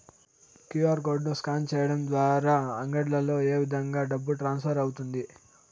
QR code ను scan సేయడం ద్వారా అంగడ్లలో ఏ విధంగా డబ్బు ట్రాన్స్ఫర్ అవుతుంది